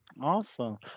Awesome